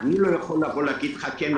אני לא יכול לומר לך כן או לא.